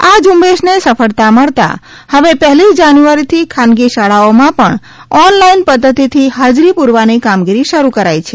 આ ઝુંબેશને સફળતા મળતા હવે પહેલી જાન્યુઆરીથી ખાનગી શાળાઓમાં પણ ઓન લાઇન પદ્ધતિથી હાજરી પુરવાની કામગીરી શરૂ કરાઇ છે